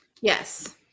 Yes